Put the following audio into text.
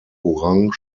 orange